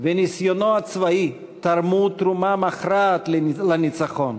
וניסיונו הצבאי תרמו תרומה מכרעת לניצחון,